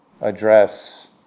address